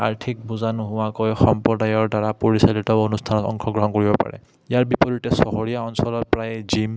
আৰ্থিক বোজা নোহোৱাকৈ সম্প্ৰদায়ৰ দ্বাৰা পৰিচালিত অনুষ্ঠানত অংশগ্ৰহণ কৰিব পাৰে ইয়াৰ বিপৰতে চহৰীয়া অঞ্চলৰ প্ৰায় জিম